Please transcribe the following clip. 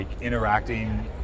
interacting